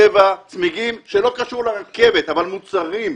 צבע, צמיגים, מה שלא קשור לרכבת אבל מוצרים.